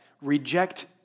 reject